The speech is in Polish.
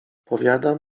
powiadam